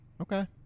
Okay